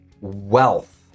wealth